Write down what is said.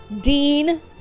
Dean